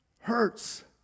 hurts